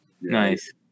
Nice